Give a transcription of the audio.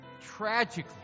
Tragically